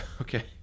okay